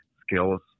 skills